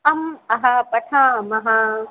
अं अः पठामः